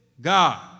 God